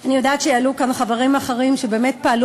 אני יודעת שיעלו כמה חברים אחרים שבאמת פעלו